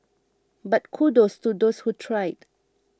but kudos to those who tried